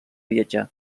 viatjar